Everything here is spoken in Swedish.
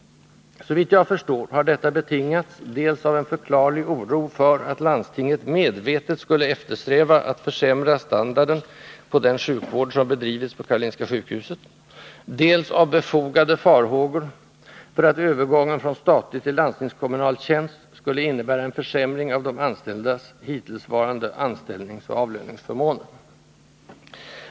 Såvitt jag förstår har detta betingats dels av en förklarlig oro för att landstinget medvetet skulle eftersträva att försämra standarden på den sjukvård som bedrivits på Karolinska sjukhuset, dels av befogade farhågor för att övergången från statlig till landstingskommunal tjänst skulle innebära en försämring av de anställdas hittillsvarande anställningsoch avlöningsförmåner.